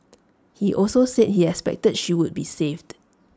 he also said he expected she would be saved